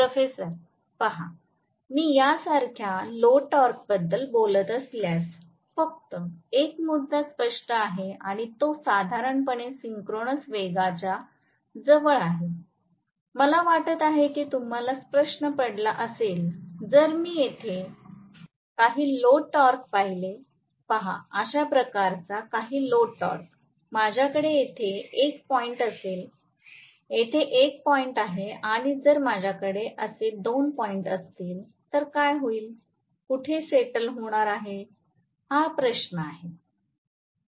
professor पहा मी यासारख्या लोड टॉर्कबद्दल बोलत असल्यास फक्त 1 मुद्दा स्पष्ट आहे आणि तो साधारणपणे सिंक्रोनस वेगाच्या जवळ आहे मला वाटत आहे की तुम्हाला प्रश्न पडला असेल जर मी येथे काही लोड टॉर्क पाहिले पहा अशा प्रकारचा काही लोड टॉर्क माझ्याकडे येथे 1 पॉइंट असेल येथे 1 पॉईंट आहेआणि जर माझ्याकडे असे 2 पॉइंट असतील तर काय होईल कुठे सेटल होणार आहे हा प्रश्न आहे